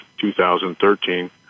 2013